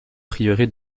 prieuré